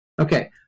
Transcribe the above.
Okay